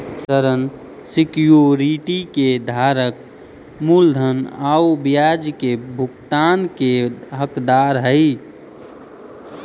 ऋण सिक्योरिटी के धारक मूलधन आउ ब्याज के भुगतान के हकदार हइ